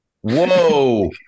Whoa